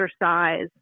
exercise